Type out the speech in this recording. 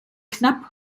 knapp